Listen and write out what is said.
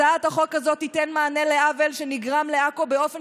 הצעת החוק הזו תיתן מענה לעוול אשר נגרם לעכו באופן